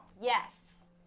Yes